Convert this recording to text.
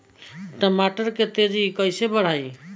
टमाटर के तेजी से कइसे बढ़ाई?